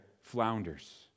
flounders